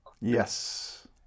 Yes